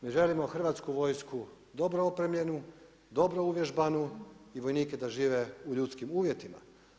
Mi želimo Hrvatsku vojsku dobro opremljenu, dobro uvježbanu i vojnike da žive u ljudskim uvjetima.